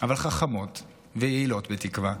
אבל חכמות ויעילות בתקווה,